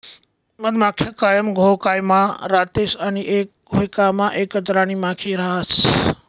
मधमाख्या कायम घोयकामा रातीस आणि एक घोयकामा एकच राणीमाखी रहास